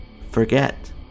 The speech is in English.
Forget